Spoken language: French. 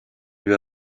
lui